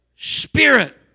Spirit